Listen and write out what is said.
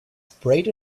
sprayed